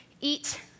eat